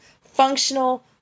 functional